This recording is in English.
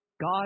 God